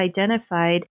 identified